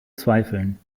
zweifeln